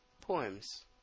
Poems